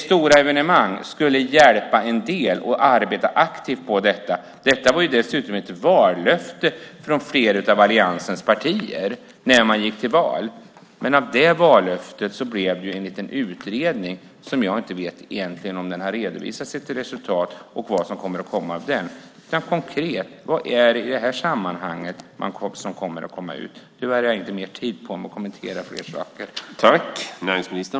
Stora evenemang skulle hjälpa en del och att aktivt arbeta med detta. Det var dessutom ett vallöfte från flera allianspartier när vi gick till val. Men av det vallöftet blev det en liten utredning. Jag vet inte om den egentligen har redovisat sitt resultat och vad som kommer ut av utredningen. Jag undrar alltså vad som konkret kommer ut i det här sammanhanget. Nu har jag tyvärr inte mer talartid så jag kan inte kommentera fler saker.